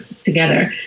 together